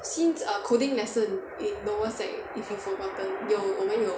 since err coding lesson in lower sec if you forgotten 有我们有